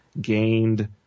gained